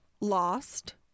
Lost